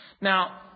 Now